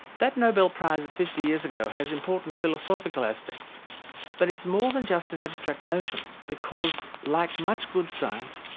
that nobel prize of fifty years ago has important philosophical aspects but it's more than just an abstract notion because, like much good science,